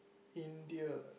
India